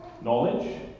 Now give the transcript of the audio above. Knowledge